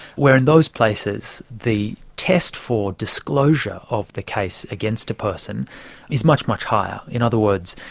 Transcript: where in those places the test for disclosure of the case against a person is much, much higher. in other words,